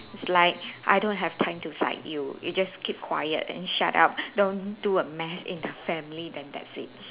it's like I don't have time to fight you you just keep quiet and shut up don't do a mess in the family then that's it